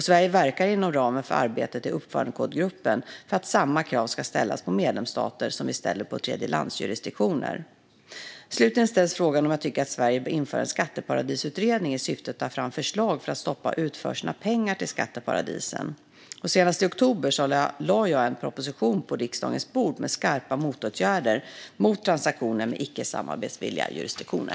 Sverige verkar inom ramen för arbetet i uppförandekodgruppen för att samma krav ska ställas på medlemsstater som vi ställer på tredjelandsjurisdiktioner. Slutligen ställs frågan om jag tycker att Sverige bör införa en skatteparadisutredning i syfte att ta fram förslag för att stoppa utförseln av pengar till skatteparadisen. Senast i oktober lade jag en proposition på riksdagens bord med skarpa motåtgärder mot transaktioner med icke samarbetsvilliga jurisdiktioner.